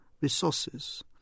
resources